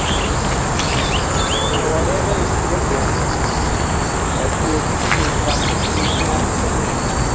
نہ اورَے اَگر أنِو سُہ گژھِ بہتر کیٛازِکہِ ییٚتہِ ہیٚکہِ نہٕ وقتَس وٕنہِ چھِنہٕ آسان